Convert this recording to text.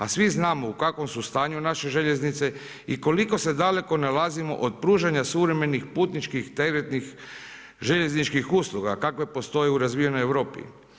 A svi znamo u kakvom su stanju naše željeznice i koliko se daleko nalazimo od pružanja suvremenih putničkih, teretnih, željezničkih usluga kakve postoje u razvijenoj Europi.